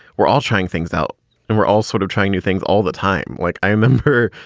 we're all trying things out and we're all sort of trying new things all the time. like i remember,